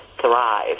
thrive